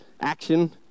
Action